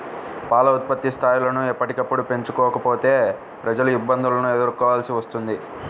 పాల ఉత్పత్తి స్థాయిలను ఎప్పటికప్పుడు పెంచుకోకపోతే ప్రజలు ఇబ్బందులను ఎదుర్కోవలసి వస్తుంది